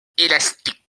élastique